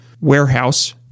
warehouse